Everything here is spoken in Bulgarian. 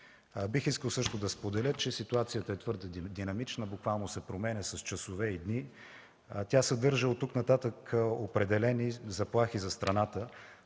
Бих искал също да споделя, че ситуацията е твърде динамична, променя се буквално с часове и дни. Тя съдържа от тук нататък определени заплахи за страната,